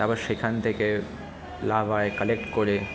তারপর সেখান থেকে লাভ হয় কালেক্ট করে